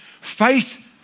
Faith